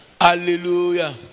Hallelujah